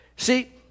See